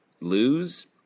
lose